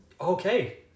Okay